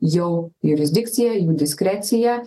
jau jurisdikcija jų diskrecija